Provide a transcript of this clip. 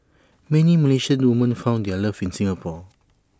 many Malaysian woman found their love in Singapore